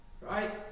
Right